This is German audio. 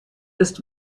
ist